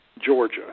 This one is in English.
Georgia